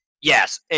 yes